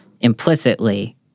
implicitly